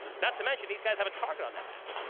not to mention these guys have a target on their back.